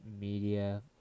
media